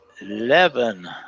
eleven